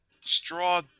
straw